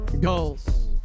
Goals